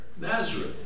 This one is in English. Nazareth